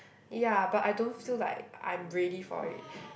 ya but I don't feel like I'm ready for it